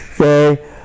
okay